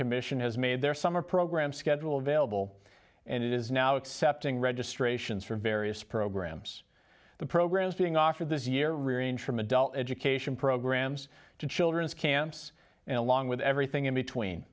commission has made their summer program schedule available and it is now accepting registrations for various programs the programs being offered this year range from adult education programs to children's camps and along with everything in between